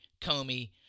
Comey